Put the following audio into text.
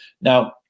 Now